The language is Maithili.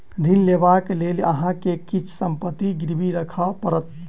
ऋण लेबाक लेल अहाँ के किछ संपत्ति गिरवी राखअ पड़त